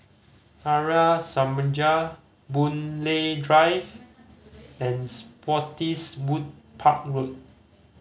Arya Samaj Boon Lay Drive and Spottiswoode Park Road